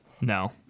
No